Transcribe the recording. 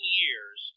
years